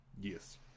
Yes